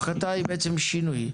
הפחתה היא בעצם שינוי.